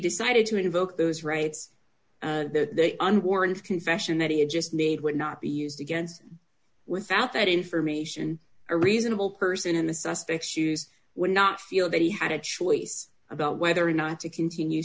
decided to invoke those rights and the unborn confession that he had just made would not be used against without that information a reasonable person in the suspects shoes would not feel that he had a choice about whether or not to continue